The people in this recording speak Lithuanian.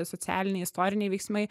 socialiniai istoriniai veiksmai